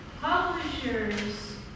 publishers